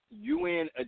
UN